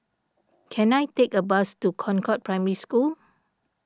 can I take a bus to Concord Primary School